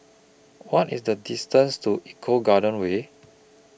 What IS The distance to Eco Garden Way